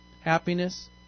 happiness